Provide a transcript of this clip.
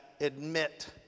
admit